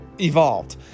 evolved